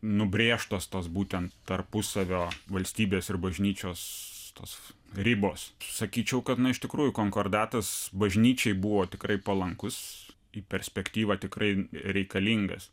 nubrėžtos tos būtent tarpusavio valstybės ir bažnyčios tos ribos sakyčiau kad iš tikrųjų konkordatas bažnyčiai buvo tikrai palankus į perspektyvą tikrai reikalingas